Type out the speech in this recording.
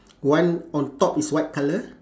one on top is white colour